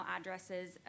addresses